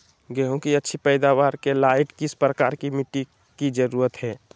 गेंहू की अच्छी पैदाबार के लाइट किस प्रकार की मिटटी की जरुरत है?